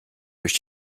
durch